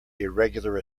irregular